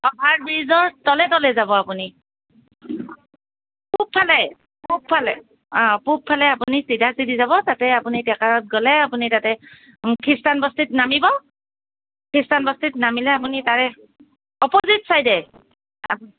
অভাৰব্ৰীজৰ তলে তলে যাব আপুনি পূবফালে পূবফালে অঁ পূবফালে আপুনি চিধাচিধি যাব তাতে আপুনি ট্ৰেকাৰত গ'লে আপুনি তাতে খ্ৰীষ্টানবস্তিত নামিব খ্ৰীষ্টানবস্তিত নামিলে আপুনি তাৰে অপজিট চাইডে